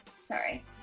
Sorry